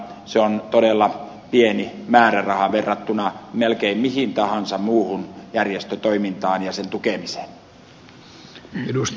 se on todella pieni määräraha verrattuna melkein mihin tahansa muuhun järjestötoimintaan ja sen tukemiseen